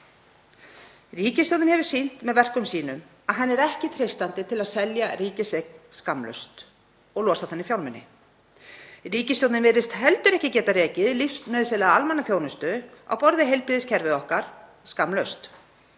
Ríkisstjórnin hefur sýnt með verkum sínum að henni er ekki treystandi til að selja ríkiseign skammlaust og losa þannig fjármuni. Ríkisstjórnin virðist heldur ekki geta rekið lífsnauðsynlega almannaþjónustu á borð við heilbrigðiskerfið okkar skammlaust.